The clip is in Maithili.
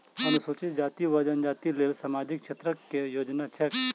अनुसूचित जाति वा जनजाति लेल सामाजिक क्षेत्रक केँ योजना छैक?